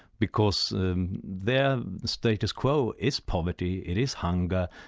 because their status quo is poverty, it is hunger.